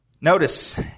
Notice